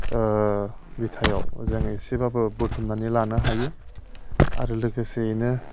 बिथायाव जोङो इसेबाबो बुथुमनानै लानो हायो आरो लोगोसेयैनो